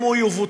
אם הוא יבוצע,